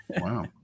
wow